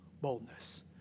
boldness